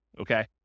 okay